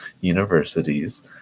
Universities